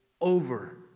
over